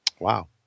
Wow